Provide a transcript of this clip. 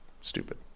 stupid